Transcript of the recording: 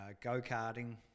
go-karting